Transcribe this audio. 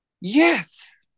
Yes